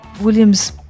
William's